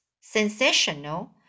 sensational